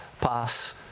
pass